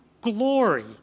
glory